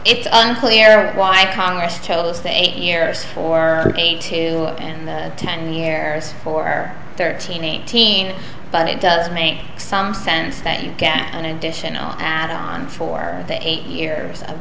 it's unclear why congress chose the eight years or eight to ten years or thirteen eighteen but it does make some sense that you get an additional add on for the eight years of